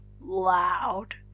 loud